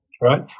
Right